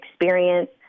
experience